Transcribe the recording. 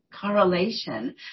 correlation